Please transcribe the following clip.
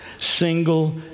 single